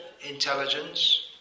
intelligence